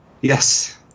Yes